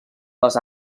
les